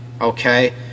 Okay